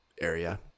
area